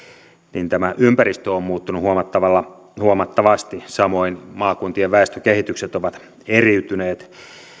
niin tämä ympäristö on muuttunut huomattavasti samoin maakuntien väestökehitykset ovat eriytyneet